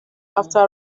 after